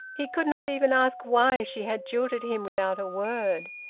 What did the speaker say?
he could not even ask why she had jilted him without a word.